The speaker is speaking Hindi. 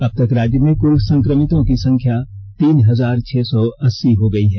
अबतक राज्य में कुल संक्रमितों की संख्या तीन हजार छह सौ अस्सी हो गयी है